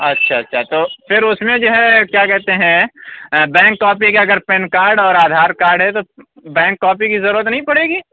اچھا اچھا تو پھر اُس میں جو ہے کیا کہتے ہیں بینک کاپی کا اگر پین کارڈ اور آدھار کارڈ ہے تو بینک کاپی کی ضرورت نہیں پڑے گی